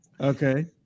Okay